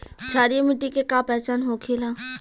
क्षारीय मिट्टी के का पहचान होखेला?